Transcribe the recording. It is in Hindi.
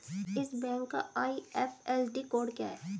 इस बैंक का आई.एफ.एस.सी कोड क्या है?